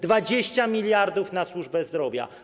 20 mld na służbę zdrowia.